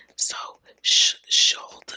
so should